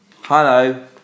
Hello